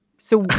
so